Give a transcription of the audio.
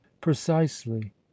precisely